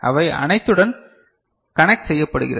அவை அனைத்துடனும் கனெக்ட் செய்யப்படுகிறது